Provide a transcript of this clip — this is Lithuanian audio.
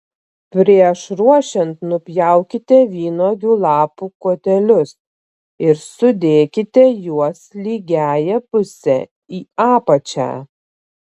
prieš ruošiant nupjaukite vynuogių lapų kotelius ir sudėkite juos lygiąja puse į apačią